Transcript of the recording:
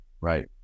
Right